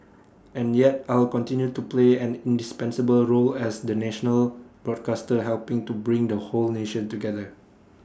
and yet I'll continue to play an indispensable role as the national broadcaster helping to bring the whole nation together